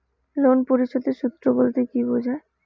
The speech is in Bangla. লোন পরিশোধের সূএ বলতে কি বোঝায়?